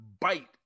bite